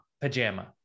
Pajama